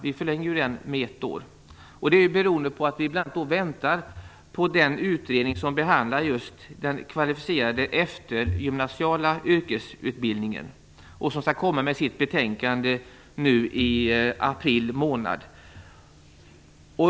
Vi förlängde ju den rätten med ett år beroende bl.a. på att vi väntar på den utredning som behandlar den kvalificerade eftergymnasiala yrkesutbildningen. Den skall komma med sitt betänkande nu i april månad.